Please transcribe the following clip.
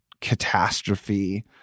catastrophe